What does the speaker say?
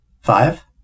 Five